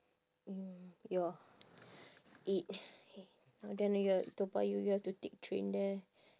mm ya eight K how then you're toa payoh you have to take train there